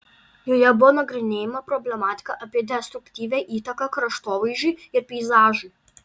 joje buvo nagrinėjama problematika apie destruktyvią įtaką kraštovaizdžiui ir peizažui